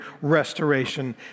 restoration